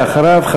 ואחריו,